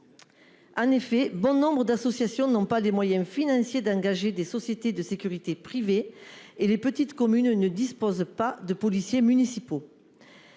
En effet, bon nombre d'associations n'ont pas les moyens financiers d'engager des sociétés de sécurité privées et les petites communes ne disposent pas de policiers municipaux.